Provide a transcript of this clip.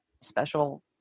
special